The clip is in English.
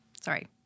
sorry—